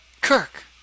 Kirk